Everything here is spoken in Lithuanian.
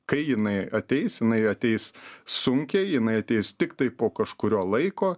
kai jinai ateis jinai ateis sunkiai jinai ateis tiktai po kažkurio laiko